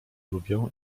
lubię